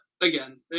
again